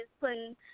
putting